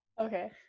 Okay